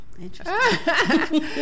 interesting